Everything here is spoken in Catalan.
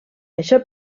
això